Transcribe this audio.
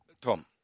Tom